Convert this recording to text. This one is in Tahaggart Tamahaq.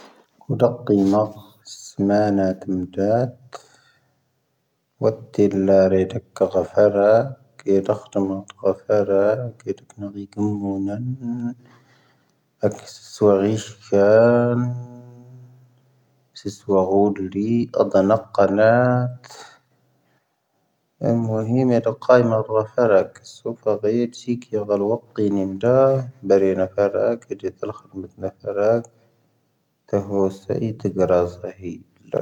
ʻⵓⴷⴰⴽⵉⵎⴰⴽ ʻⵙⵎⴰⴰⵏⴰ ʻⵜⵎⴷāⵜ. ʻⵡⴰⴷⴷⵉⵍⴰ ʻⵔⴻⴷⵢⴷⴰⴽⴰ ʻⴳⵀⴰⴼⴰⵔⴰ. ʻⵇⴻⴷⴰⴽⵀⵜⴰⵎⴰ ʻⴳⵀⴰⴼⴰⵔⴰ. ʻⵇⴻⴷⴰⴽⵀⵜⴰⵏⴰ ʻⴳⵉⵎⵎoⵓⵏⴰⵏ. ʻⴰⴽⴽⵙⵓ ʻⵓⵇⵉⵙⵀⴰⵏ. ʻⴽⵙⴻ ʻⵓⵡⴰⵡoⴷ ⵍⵉ ʻⴰⴷⴰⵏⴰ ʻⵇⴰⵏāⵜ. ʻⵎⵡⴰⵀⵉⵎ ⵢⴰⴷⴰⴽⵇⴰⵉⵎⴰⵔ ʻⴳⵀⴰⴼⴰⵔⴰ. ʻⴽⴰⵙⵓ ʻⵇⴰ ʻⴳⵀⴻcⵀⵉⴽⵉ ʻⴳⵀⴰ ⵍⵡⴰⴽⵇⵉⵏ ʻⵉⵎⴷāⵜ. ʻⴱⴰⵔⴻ ⵏⴰ ʻⴼⴰⵔⴰ ʻⴳⵀⴻcⵀⵉⴷ ʻⵜⵉⵍⴰⴽⵀⵔⵎ ʻⵜⵏⴰ ʻⴼⴰⵔⴰ. ʻⵜⴰⵀⵡoⵙ ʻⵉʻⵜⵉⴳⵔⴰ ʻⵣⴰⵀⵉⴷ ʻⵍⴰⴽⵇⵉⵏ.